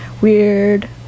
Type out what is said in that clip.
weird